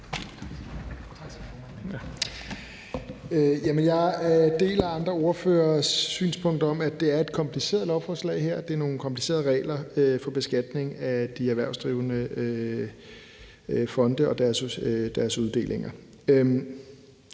Jeg deler andre ordføreres synspunkt om, at det her er et kompliceret lovforslag, at det er nogle komplicerede regler for beskatning af de erhvervsdrivende fonde og deres uddelinger.